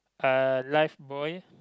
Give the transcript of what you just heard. uh life buoy